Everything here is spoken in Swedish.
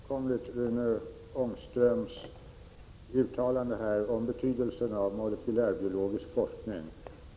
Herr talman! Jag delar fullkomligt Rune Ångströms uppfattning när det gäller betydelsen av molekylärbiologisk forskning.